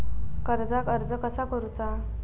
कर्जाक अर्ज कसा करुचा?